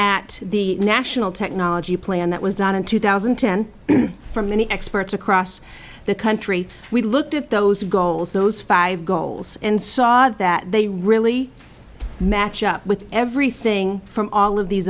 at the national technology plan that was done in two thousand and ten from many experts across the country we looked at those goals those five goals and saw that they really match up with everything from all of these